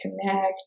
connect